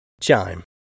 Chime